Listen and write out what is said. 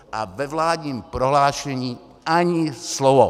A ve vládním prohlášení ani slovo.